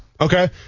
okay